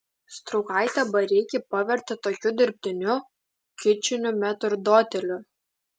straukaitė bareikį pavertė tokiu dirbtiniu kičiniu metrdoteliu